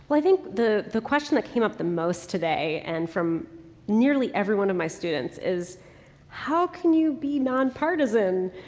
i think the, the question that came up the most today and from nearly every one of my students is how can you be non-partisan?